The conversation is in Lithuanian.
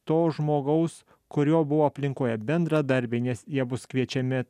to žmogaus kurio buvo aplinkoje bendradarbiai nes jie bus kviečiami